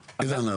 ההנהלה.